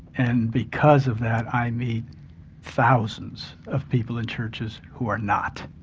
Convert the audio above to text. and because of that i meet thousands of people in churches who are not,